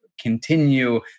continue